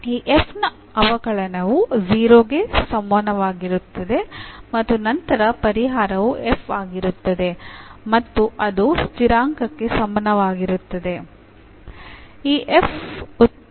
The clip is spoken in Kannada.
ಈ f ನ ಅವಕಲನವು 0 ಕ್ಕೆ ಸಮಾನವಾಗಿರುತ್ತದೆ ಮತ್ತು ನಂತರ ಪರಿಹಾರವು f ಆಗಿರುತ್ತದೆ ಮತ್ತು ಅದು ಸ್ಥಿರಾಂಕಕ್ಕೆ ಸಮಾನವಾಗಿರುತ್ತದೆ